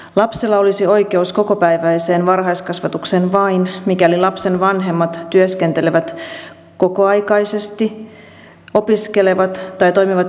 lapsella olisi oikeus kokopäiväiseen varhaiskasvatukseen vain mikäli lapsen vanhemmat työskentelevät kokoaikaisesti opiskelevat tai toimivat yrittäjinä